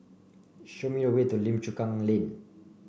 show me the way to Lim Chu Kang Lane